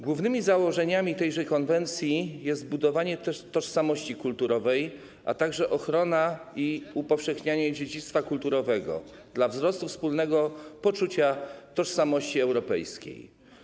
Głównymi założeniami tejże konwencji są budowanie tożsamości kulturowej, a także ochrona i upowszechnianie dziedzictwa kulturowego dla wzrostu wspólnego poczucia tożsamości europejskiej.